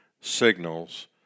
signals